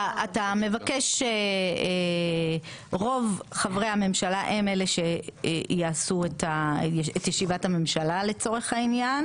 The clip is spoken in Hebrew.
אתה מבקש שרוב חברי הממשלה הם אלה שיעשו את ישיבת הממשלה לצורך העניין?